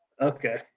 okay